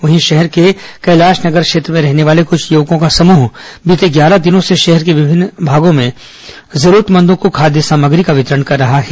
वहीं शहर के कैलाश नगर क्षेत्र में रहने वाले कुछ युवकों का समूह बीते ग्यारह दिनों से शहर के विभिन्न भागों में जरूरतमंदों को खाद्य सामग्रियों का वितरण कर रहा है